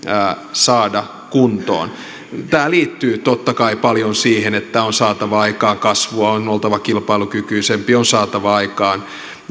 saada kuntoon tämä liittyy totta kai paljon siihen että on saatava aikaan kasvua on oltava kilpailukykyisempi on saatava aikaan